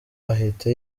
ahita